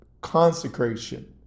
consecration